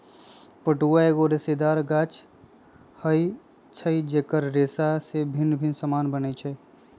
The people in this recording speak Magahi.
पटुआ एगो रेशेदार गाछ होइ छइ जेकर रेशा से भिन्न भिन्न समान बनै छै